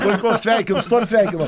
puiku sveikinu su tuo ir sveikinu